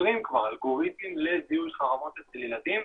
ומייצרים כבר אלגוריתמים לזיהוי חרמות אצל ילדים.